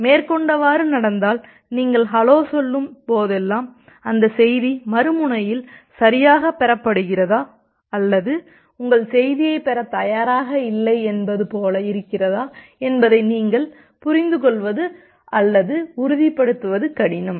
மேற்கொண்டவாறு நடந்தால் நீங்கள் ஹலோ சொல்லும் போதெல்லாம் அந்தச் செய்தி மறுமுனையில் சரியாகப் பெறப்படுகிறதா அல்லது உங்கள் செய்தியைப் பெறத் தயாராக இல்லை என்பது போல இருக்கிறதா என்பதை நீங்கள் புரிந்துகொள்வது அல்லது உறுதிப்படுத்துவது கடினம்